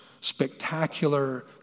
spectacular